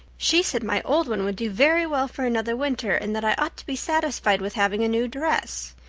she said my old one would do very well for another winter and that i ought to be satisfied with having a new dress.